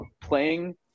playing